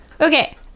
Okay